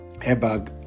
airbag